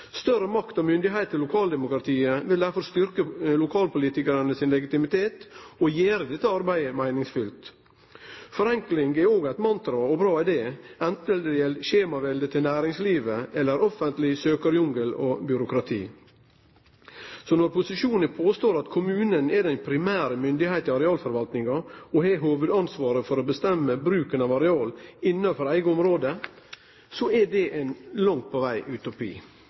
Større makt og myndigheit til lokaldemokratiet vil derfor styrkje lokalpolitikaranes legitimitet og gjere dette arbeidet meiningsfylt. Forenkling er òg eit mantra, og bra er det, anten det gjeld skjemaveldet til næringslivet eller offentleg søkjarjungel og byråkrati. Når posisjonen påstår at kommunen er den primære myndigheita i arealforvaltninga og har hovudansvaret for å bestemme bruken av areal innanfor eige område, er det langt på veg